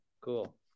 Cool